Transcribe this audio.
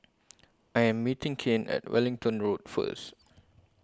I Am meeting Kane At Wellington Road First